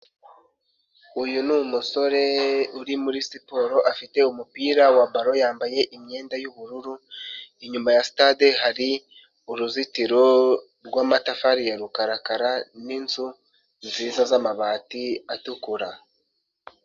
Uyu ni umusore uri muri siporo afite umupira wa baro, yambaye imyenda y'ubururu, inyuma ya sitade hari uruzitiro rw'amatafari ya rukarakara n'inzu nziza z'amabati atukura.